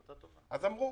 אז אמרו: